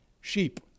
sheep